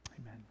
Amen